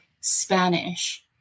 Spanish